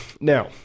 Now